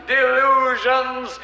Delusions